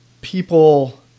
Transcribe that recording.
People